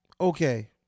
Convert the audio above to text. Okay